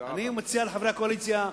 אני מציע לחברי הקואליציה,